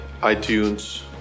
iTunes